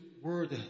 word